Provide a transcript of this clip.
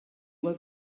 let